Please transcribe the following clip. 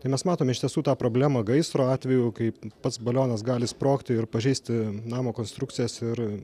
tai mes matom iš tiesų tą problemą gaisro atveju kaip pats balionas gali sprogti ir pažeisti namo konstrukcijas ir